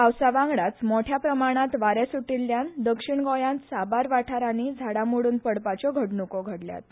पावसा वांगडाच मोट्या प्रमाणांत वारें सुटिल्ल्यान दक्षीण गोंयांत साबार वाठारांनी झाडां मोडून पडपाच्यो घडणुको घडल्यात